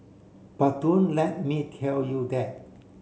but don't let me tell you that